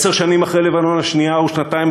עשר שנים אחרי מלחמת לבנון השנייה ושנתיים